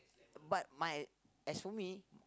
but my as for me